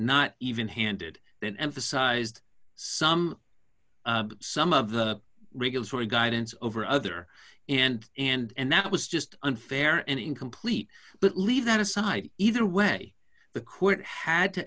not even handed then emphasized some some of the regulatory guidance over other and and that was just unfair and incomplete but leave that aside either way the court had to